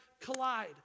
collide